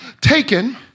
taken